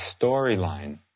storyline